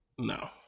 No